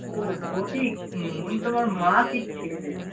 ও প্রতীক উনি তো আমার মাসির ছেলে হয়